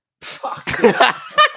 fuck